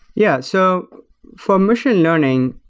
yeah. so for um machine learning,